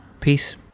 Peace